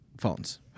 phones